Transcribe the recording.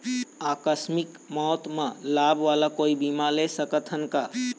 आकस मिक मौत म लाभ वाला कोई बीमा ले सकथन का?